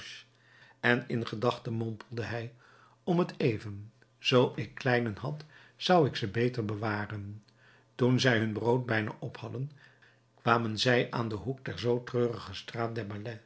en in gedachte mompelde hij om t even zoo ik kleinen had zou ik ze beter bewaren toen zij hun brood bijna op hadden kwamen zij aan den hoek der zoo treurige straat